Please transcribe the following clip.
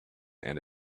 and